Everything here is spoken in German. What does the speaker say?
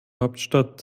hauptstadt